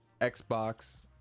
xbox